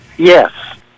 Yes